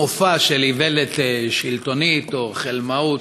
מופע של איוולת שלטונית או חלמאות.